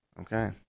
Okay